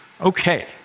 okay